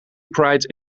pride